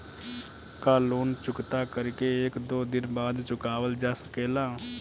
का लोन चुकता कर के एक दो दिन बाद भी चुकावल जा सकेला?